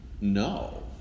no